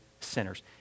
sinners